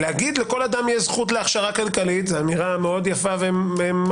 להגיד לכל אדם יש זכות להכשרה כלכלית זו אמירה מאוד יפה ומרדימה.